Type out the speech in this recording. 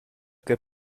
che